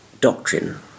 doctrine